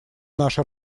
наша